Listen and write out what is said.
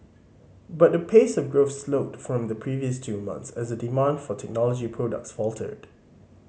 but the pace of growth slowed from the previous two months as demand for technology products faltered